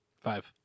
Five